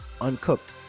uncooked